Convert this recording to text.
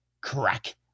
Crack